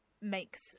makes